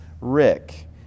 Rick